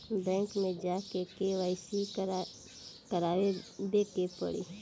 Bank मे जा के के.वाइ.सी करबाबे के पड़ी?